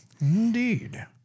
indeed